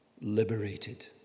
liberated